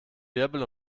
wirbel